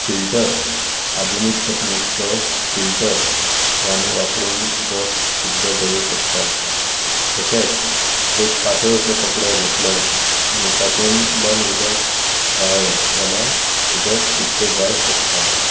filter आधुनीक तकनीकचो filter आमी वापरून उदक शुध्द करूंक शकतात तशेंच एक पातळ सो कपडो घेतलो आनी तातूंतल्यान उदक गाळें जाल्यार उदक शुध्द जावंक शकता